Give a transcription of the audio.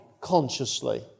consciously